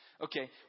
Okay